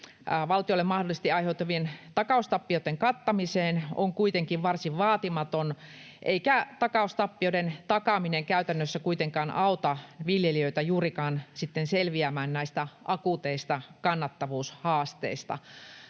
valtiolle mahdollisesti aiheutuvien takaustappioitten kattamiseen on kuitenkin varsin vaatimaton, eikä takaustappioitten takaaminen käytännössä kuitenkaan auta viljelijöitä juurikaan sitten selviämään näistä akuuteista kannattavuushaasteista.